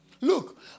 Look